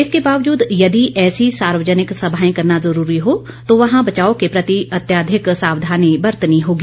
इसके बावजूद यदि ऐसी सार्वजनिक सभाएं करना जरूरी हो तो वहां बचाव के प्रति अत्याधिक सावधानी बरतनी होगी